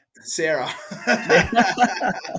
Sarah